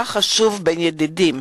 גם ודווקא בין ידידים.